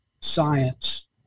science